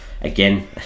Again